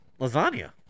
Lasagna